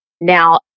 now